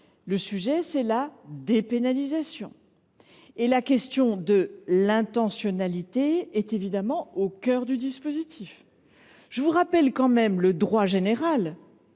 le sujet est la dépénalisation. Et la notion d’intentionnalité est évidemment au cœur du dispositif. Je rappelle le droit général